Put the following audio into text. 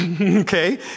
okay